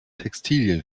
textilien